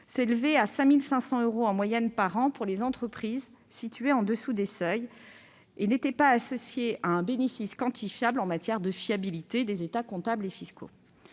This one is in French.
s'élevait à 5 500 euros en moyenne par an pour les entreprises situées en dessous des seuils et qu'il n'était pas associé à un bénéfice quantifiable en matière de fiabilité des états comptables et fiscaux.